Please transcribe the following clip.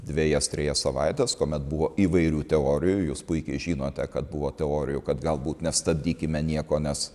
dvejas trejas savaites kuomet buvo įvairių teorijų jūs puikiai žinote kad buvo teorijų kad galbūt nestabdykime nieko nes